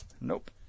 Nope